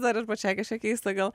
dar ir pačiai kažkiek keista gal